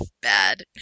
bad